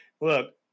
Look